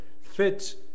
fits